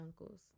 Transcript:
uncles